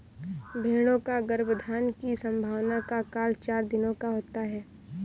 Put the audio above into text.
भेंड़ों का गर्भाधान की संभावना का काल चार दिनों का होता है